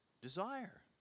desire